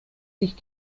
sich